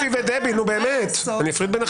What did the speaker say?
שפי ודבי, נו באמת, אני אפריד ביניכן?